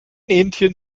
indien